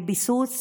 לביסוס